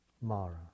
Mara